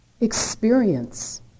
experience